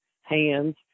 hands